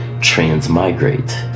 transmigrate